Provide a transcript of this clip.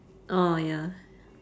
orh ya